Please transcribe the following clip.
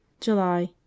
july